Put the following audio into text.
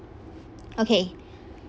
okay